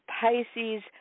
Pisces